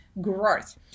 growth